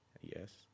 yes